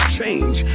change